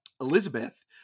Elizabeth